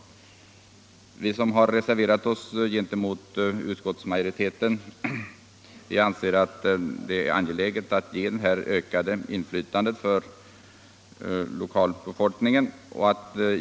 Vi reservanter anser att det är angeläget att ge lokalbefolkningen ett ökat inflytande.